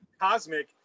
cosmic